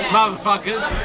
Motherfuckers